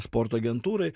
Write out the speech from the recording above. sporto agentūrai